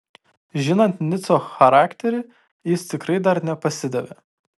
žinant nico charakterį jis tikrai dar nepasidavė